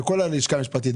לכל הלשכה המשפטית,